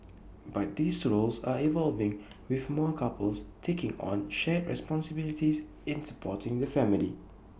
but these roles are evolving with more couples taking on shared responsibilities in supporting the family